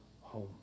home